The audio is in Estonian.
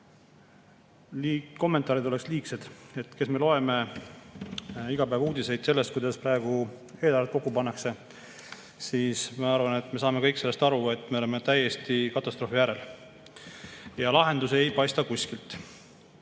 kommentaarid oleksid liigsed. Me loeme iga päev uudiseid sellest, kuidas praegu eelarvet kokku pannakse, ja ma arvan, et me saame kõik sellest aru, et me oleme täiesti katastroofi äärel. Ja lahendusi ei paista kuskilt.